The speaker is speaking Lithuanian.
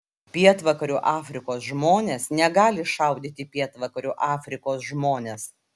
pietvakarių afrikos žmonės negali šaudyti į pietvakarių afrikos žmones